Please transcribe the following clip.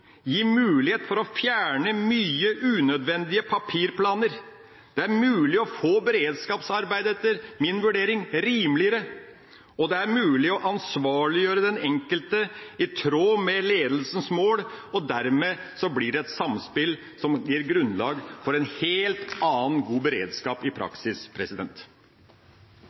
gi mulighet for å fjerne mye unødvendige papirplaner. Det er mulig etter min vurdering å få beredskapsarbeidet rimeligere, og det er mulig å ansvarliggjøre den enkelte i tråd med ledelsens mål, og dermed blir det et samspill som gir grunnlag for en helt annen og god beredskap i praksis.